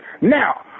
Now